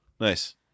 Nice